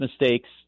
mistakes